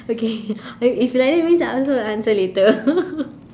okay if like that means I also will answer later